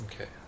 Okay